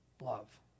love